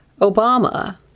Obama